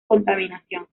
contaminación